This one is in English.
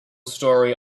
story